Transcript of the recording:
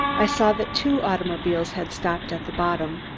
i saw that two automobiles had stopped at the bottom,